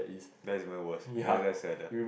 that's my worse then that sadder